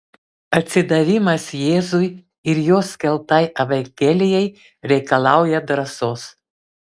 atsidavimas jėzui ir jo skelbtai evangelijai reikalauja drąsos